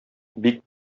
бик